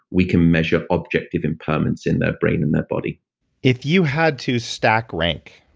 we can measure objective impairments in their brain and their body if you had to stack rank